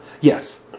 yes